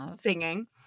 singing